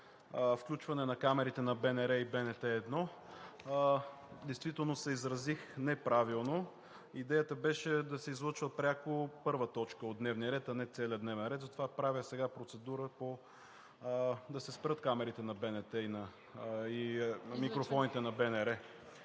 включване на камерите на БНР и БНТ 1. Действително се изразих неправилно. Идеята беше да се излъчва пряко първа точка от дневния ред, а не целият дневен ред. Затова сега правя процедура да се спрат камерите на БНТ и микрофоните на БНР.